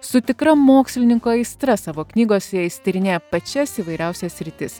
su tikra mokslininko aistra savo knygose jis tyrinėja pačias įvairiausias sritis